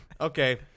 Okay